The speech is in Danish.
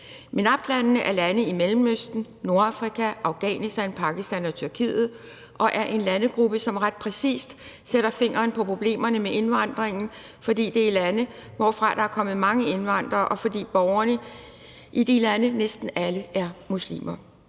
MENAPT-lande er lande i Mellemøsten og Nordafrika samt Afghanistan, Pakistan og Tyrkiet, og det er en landegruppe, som ret præcist sætter fingeren på problemerne med indvandring, fordi det er de lande, hvorfra der er kommet mange indvandrere, og fordi borgerne i de lande næsten alle er muslimer.